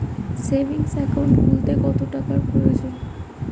Savings account খুলতে কত টাকার প্রয়োজন?